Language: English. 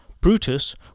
Brutus